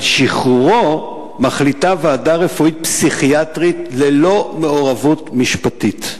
על שחרורו מחליטה ועדה רפואית פסיכיאטרית ללא מעורבות משפטית.